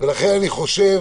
ולכן אני חושב